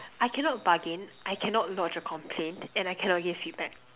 I cannot bargain I cannot lodge a complain and I cannot give feedback